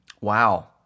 Wow